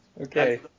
Okay